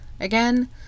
Again